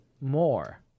More